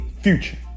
future